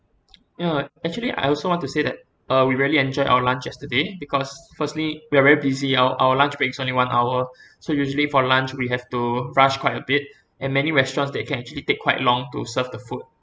mm actually I also want to say that uh we really enjoyed our lunch yesterday because firstly we are very busy our our lunch break is only one hour so usually for lunch we have to rush quite a bit and many restaurants that can actually take quite long to serve the food